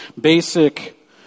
basic